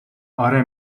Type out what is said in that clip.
آره